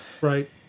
Right